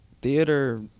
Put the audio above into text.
theater